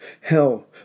Hell